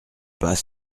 pas